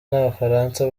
n’abafaransa